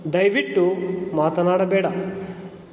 ದಯವಿಟ್ಟು ಮಾತನಾಡಬೇಡ